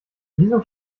wieso